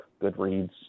Goodreads